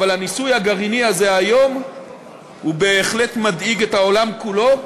אבל הניסוי הגרעיני הזה היום הוא בהחלט מדאיג את העולם כולו,